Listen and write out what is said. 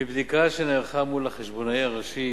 מבדיקה שנערכה מול החשבונאי הראשי